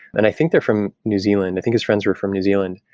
and i think they're from new zealand. i think his friends were from new zealand.